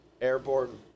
airborne